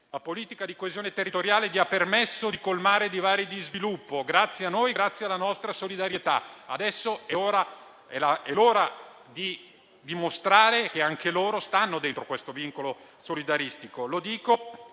La politica di coesione territoriale ha permesso loro di colmare i divari di sviluppo, grazie a noi e grazie alla nostra solidarietà. Adesso è l'ora di dimostrare che anche loro stanno dentro questo vincolo solidaristico.